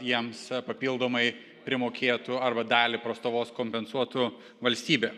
jiems papildomai primokėtų arba dalį prastovos kompensuotų valstybė